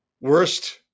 Worst